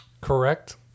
Correct